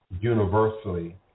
universally